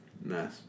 Nice